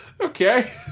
Okay